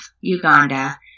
Uganda